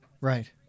Right